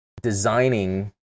designing